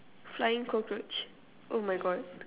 flying cockroach oh my God